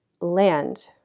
land